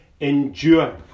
endure